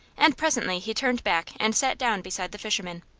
and presently he turned back and sat down beside the fisherman.